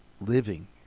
living